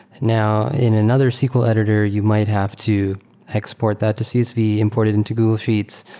now, in another sql editor, you might have to export that to csv, import it into google sheets,